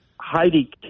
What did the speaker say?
Heidi